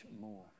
more